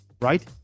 right